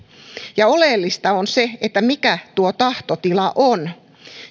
ja oleellista on se mikä tuo tahtotila on